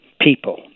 people